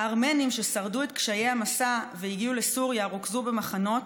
הארמנים ששרדו את קשיי המסע והגיעו לסוריה רוכזו במחנות,